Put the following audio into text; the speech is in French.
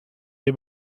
des